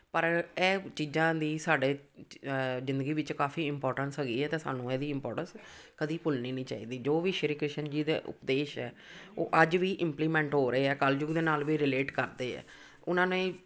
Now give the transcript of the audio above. ਪਰ ਇਹ ਚੀਜ਼ਾਂ ਦੀ ਸਾਡੇ ਜ਼ਿੰਦਗੀ ਵਿੱਚ ਕਾਫ਼ੀ ਇੰਪੋਟੈਂਸ ਹੈਗੀ ਹੈ ਤਾਂ ਸਾਨੂੰ ਇਹਦੀ ਇੰਪੋਟੈਂਸ ਕਦੀ ਭੁੱਲਣੀ ਨਹੀਂ ਚਾਹੀਦੀ ਜੋ ਵੀ ਸ਼੍ਰੀ ਕ੍ਰਿਸ਼ਨ ਜੀ ਦੇ ਉਪਦੇਸ਼ ਹੈ ਉਹ ਅੱਜ ਵੀ ਇੰਪਲੀਮੈਂਟ ਹੋ ਰਹੇ ਹੈ ਕਲਯੁੱਗ ਦੇ ਨਾਲ ਵੀ ਰਿਲੇਟ ਕਰਦੇ ਹੈ ਉਹਨਾਂ ਨੇ